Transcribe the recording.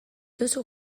duzu